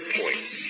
points